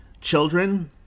children